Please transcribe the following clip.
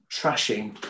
trashing